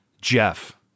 Jeff